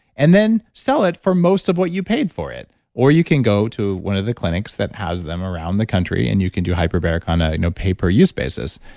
and then, sell it for most of what you paid for it or you can go to one of the clinics that has them around the country. and you can do hyperbaric on a you know pay-per-use basis.